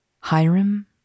Hiram